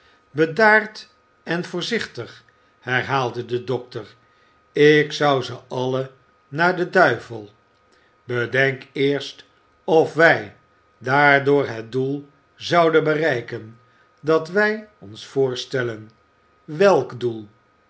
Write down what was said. bedaard en voorzichtig herhaalde de dokter ik zou ze allen naar den duivel bedenk eerst of wij daardoor het doel zouden bereiken dat wij ons voorstellen welk doel